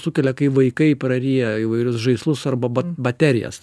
sukelia kai vaikai praryja įvairius žaislus arba baterijas